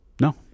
No